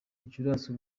gicurasi